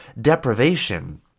deprivation